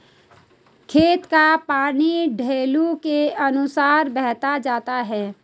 खेत का पानी ढालू के अनुरूप बहते जाता है